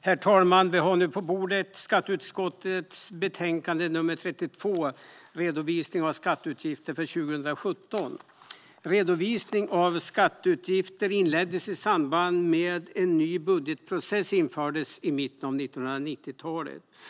Herr talman! Vi har nu på bordet skatteutskottets betänkande nr 32, Redovisning av skatteutgifter 2017 . Redovisning av skatteutgifter inleddes i samband med att en ny budgetprocess infördes i mitten av 1990-talet.